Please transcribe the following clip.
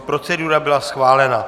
Procedura byla schválena.